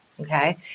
Okay